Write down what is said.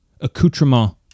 accoutrement